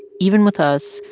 even with us,